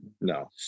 No